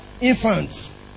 Infants